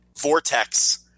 vortex